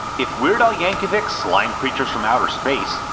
if weird al yankovic's slime creatures from outer space,